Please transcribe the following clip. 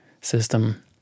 system